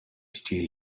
still